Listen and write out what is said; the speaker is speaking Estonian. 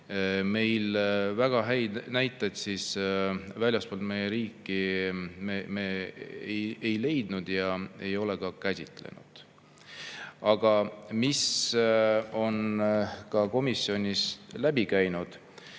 ei ole väga häid näiteid väljaspool meie riiki leidnud ja ei ole ka käsitlenud. Aga mis on komisjonist läbi käinud: